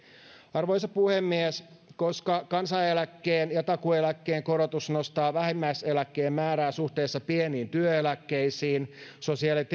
arvoisa puhemies koska kansaneläkkeen ja takuueläkkeen korotus nostaa vähimmäiseläkkeen määrää suhteessa pieniin työeläkkeisiin sosiaali ja